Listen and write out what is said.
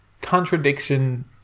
contradiction